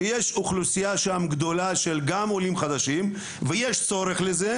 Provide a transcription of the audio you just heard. שיש אוכלוסייה שם גדולה גם של עולים חדשים ויש צורך לזה,